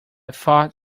thought